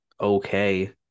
okay